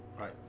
right